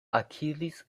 akiris